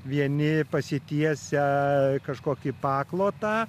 vieni pasitiesę kažkokį paklotą